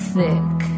Thick